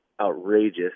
outrageous